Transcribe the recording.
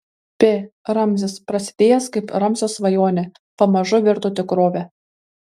pi ramzis prasidėjęs kaip ramzio svajonė pamažu virto tikrove